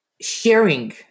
sharing